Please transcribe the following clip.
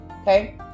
Okay